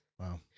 Wow